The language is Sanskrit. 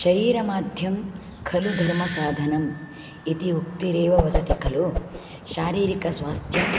शरीरमाद्यं खलु धर्मसाधनम् इति उक्तिरेव वदति खलु शारीरकस्वास्थ्यं